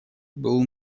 был